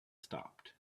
stopped